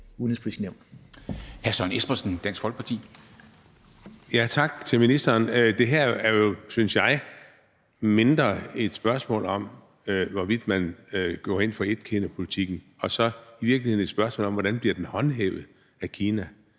Folkeparti. Kl. 10:09 Søren Espersen (DF): Tak til ministeren. Det her er jo, synes jeg, mindre et spørgsmål om, hvorvidt man går ind for etkinapolitikken, men i virkeligheden mere et spørgsmål om, hvordan den bliver håndhævet af Kina.